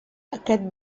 aquest